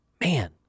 Man